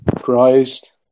Christ